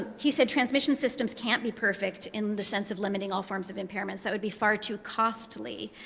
he said transmission systems can't be perfect in the sense of limiting all forms of impairments, that would be far too costly.